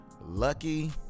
Lucky